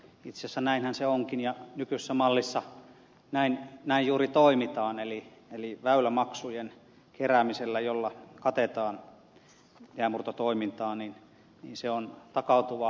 itse asiassa näinhän se onkin ja nykyisessä mallissa näin juuri toimitaan eli väylämaksujen keräämisellä jolla katetaan jäänmurtotoimintaa tapahtuu takautuva tasaaminen